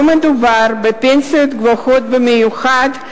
לא מדובר בפנסיות גבוהות במיוחד,